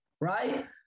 right